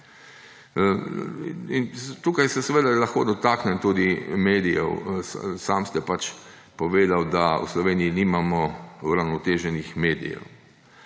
Tukaj se seveda lahko dotaknem tudi medijev, sami ste pač povedali, da v Sloveniji nimamo uravnoteženih medijev.